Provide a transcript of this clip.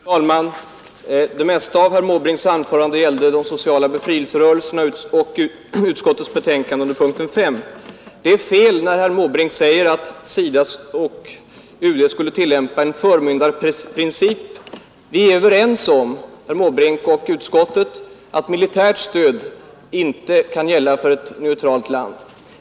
Fru talman! Största delen av herr Måbrinks anförande gällde de sociala befrielserörelserna, som behandlas under punkten 5 i utskottets betänkande. Det är fel när herr Måbrink säger att SIDA och UD skulle tillämpa en förmyndarprincip. Herr Måbrink och utskottet är överens om att militärt stöd inte kan lämnas av ett neutralt land.